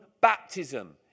baptism